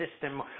system